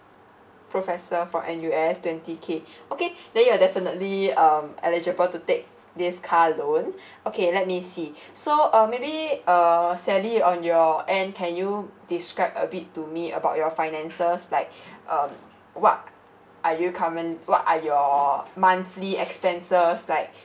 professor for N_U_S twenty K okay then you're definitely um eligible to take this car loan okay let me see so uh maybe uh sally on your end can you describe a bit to me about your finances like um what are you what are your monthly expenses like